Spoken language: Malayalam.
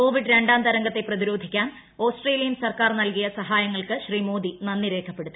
കോവിഡ് രണ്ടാം തരംഗത്തെ പ്രതിരോധിക്കാൻ ഓസ്ട്രേലിയൻ സർക്കാർ നൽകിയ സഹായങ്ങൾക്ക് ശ്രീ മോദി നന്ദി രേഖപ്പെടുത്തി